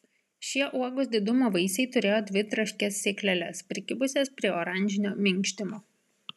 šie uogos didumo vaisiai turėjo dvi traškias sėkleles prikibusias prie oranžinio minkštimo